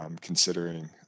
considering